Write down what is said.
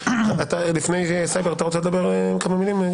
לפני הסייבר אתה רוצה לדבר כמה מילים?